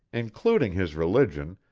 including his religion,